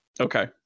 Okay